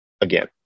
again